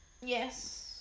Yes